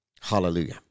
Hallelujah